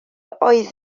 oedd